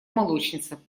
молочница